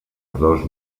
dos